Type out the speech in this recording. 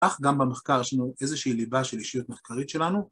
כך גם במחקר שלנו. יש איזושהי ליבה של אישיות מחקרית שלנו?